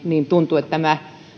niin tuntuu että esimerkiksi tämä